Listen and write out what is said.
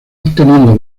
obteniendo